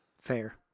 Fair